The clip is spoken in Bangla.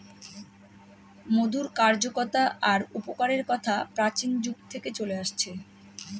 মধুর কার্যকতা আর উপকারের কথা প্রাচীন যুগ থেকে চলে আসছে